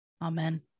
Amen